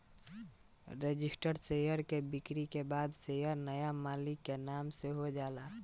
registered share के बिक्री के बाद शेयर नाया मालिक के नाम से हो जाला